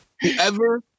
whoever